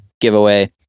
giveaway